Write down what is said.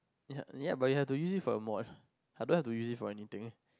ya ya but you have to use it for your mod I don't have to use it for anything